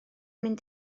mynd